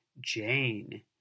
Jane